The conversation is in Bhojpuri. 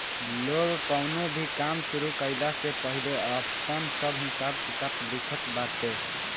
लोग कवनो भी काम शुरू कईला से पहिले आपन सब हिसाब किताब लिखत बाटे